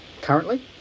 currently